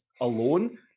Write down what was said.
alone